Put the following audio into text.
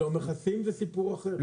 מכסים זה סיפור אחר.